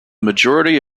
majority